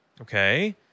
Okay